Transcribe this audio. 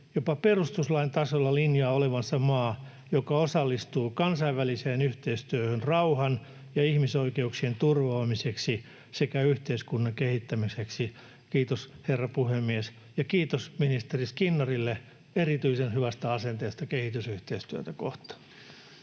jopa perustuslain tasolla linjaa olevansa maa, joka osallistuu kansainväliseen yhteistyöhön rauhan ja ihmisoikeuksien turvaamiseksi sekä yhteiskunnan kehittämiseksi. — Kiitos, herra puhemies, ja kiitos ministeri Skinnarille erityisen hyvästä asenteesta kehitysyhteistyötä kohtaan.